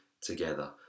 together